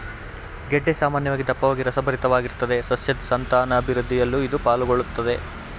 ಗೆಡ್ಡೆ ಸಾಮಾನ್ಯವಾಗಿ ದಪ್ಪವಾಗಿ ರಸಭರಿತವಾಗಿರ್ತದೆ ಸಸ್ಯದ್ ಸಂತಾನಾಭಿವೃದ್ಧಿಯಲ್ಲೂ ಇದು ಪಾಲುಗೊಳ್ಳುತ್ದೆ